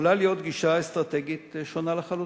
יכולה להיות גישה אסטרטגית שונה לחלוטין,